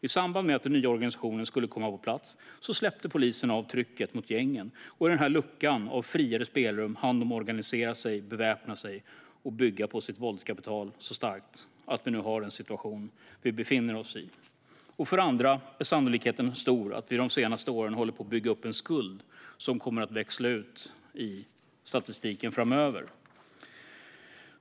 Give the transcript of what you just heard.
I samband med att den nya organisationen skulle komma på plats släppte polisen på trycket på gängen, och i den luckan av friare spelrum hann de organisera sig, beväpna sig och bygga sitt våldskapital så starkt att vi nu har den situation vi befinner oss i. Sannolikheten är stor att vi sedan dess håller på att bygga upp en skuld som kommer att växlas ut i statistiken framöver.